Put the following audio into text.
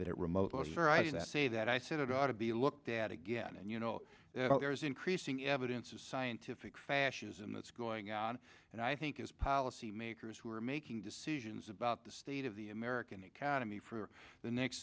that it remotely sure i that say that i said it ought to be looked at again and you know there is increasing evidence of scientific fascism that's going on and i think it's policy makers who are making decisions about the state of the american economy for the next